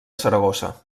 saragossa